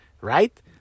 right